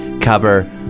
cover